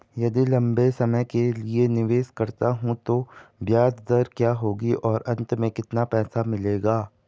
यदि लंबे समय के लिए निवेश करता हूँ तो ब्याज दर क्या होगी और अंत में कितना पैसा मिलेगा?